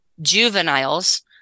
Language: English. juveniles